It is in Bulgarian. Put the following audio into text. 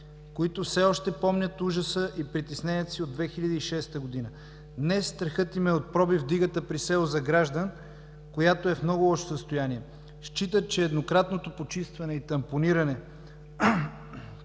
които все още помнят ужаса и притесненията си от 2006 г. Днес страхът им е от пробив в дигата при село Загражден, която е в много лошо състояние. Считат, че еднократното почистване и тампониране